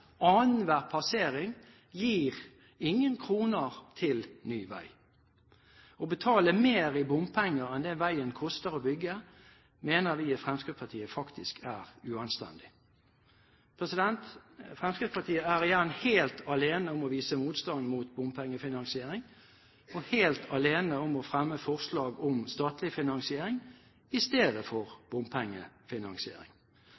Annenhver passering gir ingen kroner til ny vei. Å betale mer i bompenger enn det veien koster å bygge, mener vi i Fremskrittspartiet faktisk er uanstendig. Fremskrittspartiet er igjen helt alene om å vise motstand mot bompengefinansiering og helt alene om å fremme forslag om statlig finansiering i stedet